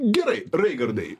gerai raigardai